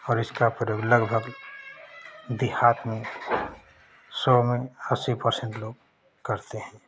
और इसका प्रयोग लगभग देहात में सौ में अस्सी परसेंट लोग करते हैं